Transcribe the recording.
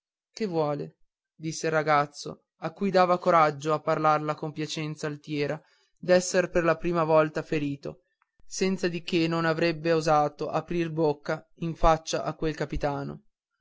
che vuole disse il ragazzo a cui dava coraggio a parlare la compiacenza altiera d'esser per la prima volta ferito senza di che non avrebbe osato d'aprir bocca in faccia a quel capitano